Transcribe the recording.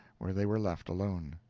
where they were left alone.